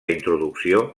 introducció